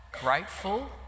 grateful